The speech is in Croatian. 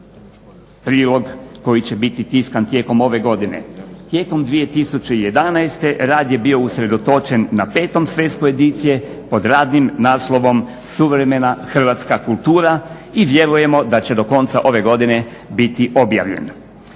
prilog koji će biti tiskan tijekom ove godine. Tijekom 2011. rad je bio usredotočen na petom svesku edicije pod radnim naslovom "Suvremena hrvatska kultura" i vjerujemo da će do konca ove godine biti objavljen.